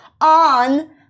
on